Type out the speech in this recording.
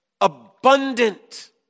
Abundant